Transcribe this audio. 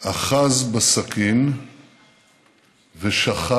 אחז בסכין ושחט